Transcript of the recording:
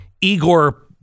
Igor